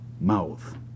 mouth